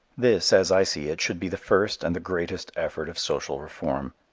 this, as i see it, should be the first and the greatest effort of social reform.